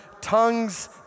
tongues